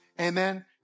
Amen